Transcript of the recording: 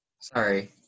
Sorry